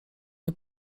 nie